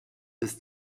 des